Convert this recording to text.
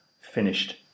finished